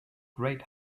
great